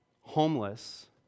homeless